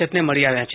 એફને મળી આવ્યા છે